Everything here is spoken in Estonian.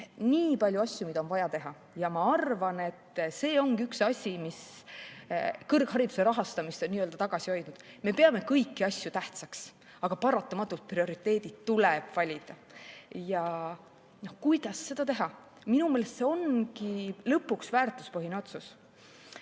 nii palju asju, mida on vaja teha. Ma arvan, et see ongi üks asi, mis on kõrghariduse rahastamist nii‑öelda tagasi hoidnud. Me peame kõiki asju tähtsaks, aga paratamatult tuleb prioriteedid valida. Kuidas seda teha? Minu meelest see ongi lõpuks väärtuspõhine otsus.